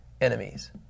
enemies